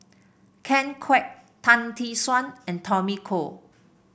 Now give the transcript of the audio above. Ken Kwek Tan Tee Suan and Tommy Koh